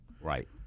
Right